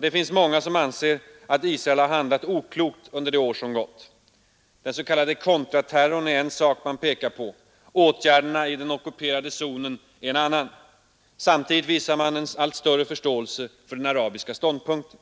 Det finns många som anser att Israel har handlat oklokt under de år som gått. Den s.k. kontraterrorn är en sak man pekar på. Åtgärderna i den ockuperade zonen är en annan. Samtidigt visar man allt större förståelse för den arabiska ståndpunkten.